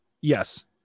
Yes